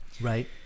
Right